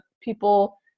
people